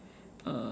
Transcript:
uh